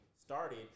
started